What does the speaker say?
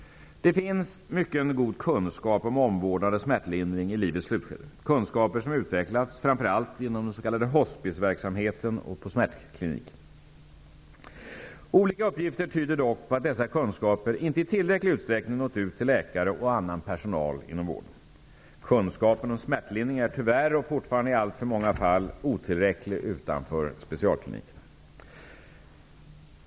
Det finns mycken god kunskap om omvårdnad och smärtlindring i livets slutskede, kunskaper som utvecklats framför allt inom hospice-verksamhet och smärtkliniker. Olika uppgifter tyder dock på att dessa kunskaper inte i tillräcklig utsträckning nått ut till läkare och annan personal inom vården. Kunskapen om smärtlindring är tyvärr fortfarande i alltför många fall otillräcklig utanför specialklinikerna.